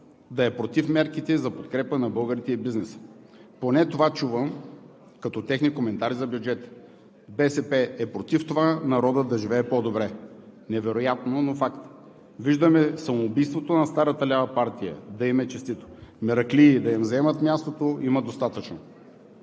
да е против мерките за подкрепа на българите и бизнеса. Поне това чувам като техни коментари за бюджета. БСП е против това народът да живее по-добре. Невероятно, но факт. Виждаме самоубийството на старата лява партия. Да им е честито! Мераклии да им заемат мястото има достатъчно.